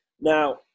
Now